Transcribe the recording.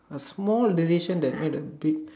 a small decision that made a big